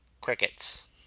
Crickets